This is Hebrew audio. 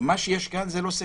שיש כאן זה לא סגר.